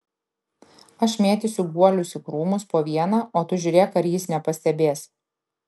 aš mėtysiu guolius į krūmus po vieną o tu žiūrėk ar jis nepastebės